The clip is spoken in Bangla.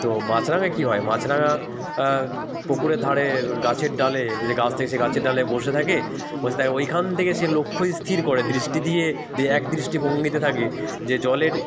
তো মাছরাঙা কী হয় মাছরাঙা পুকুরের ধারে গাছের ডালে যে গাছ থাকে সে গাছের ডালে বসে থাকে বসে থাকে ওইখান থেকে সে লক্ষ্যই স্থির করে দৃষ্টি দিয়ে এক দৃষ্টি ভঙ্গিতে থাকে যে জলের